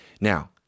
now